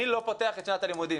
אני לא פותח את שנת הלימודים.